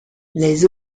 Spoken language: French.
les